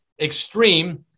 extreme